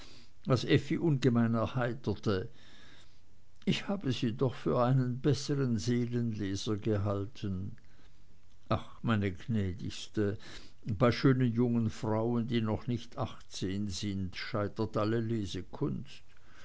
was effi ungemein erheiterte ich habe sie doch für einen besseren seelenleser gehalten ach meine gnädigste bei schönen jungen frauen die noch nicht achtzehn sind scheitert alle